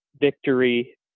victory